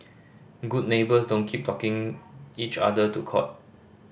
good neighbours don't keep talking each other to court